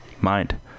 mind